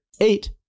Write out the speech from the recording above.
eight